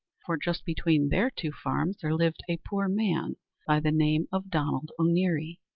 for just between their two farms there lived a poor man by the name of donald o'neary.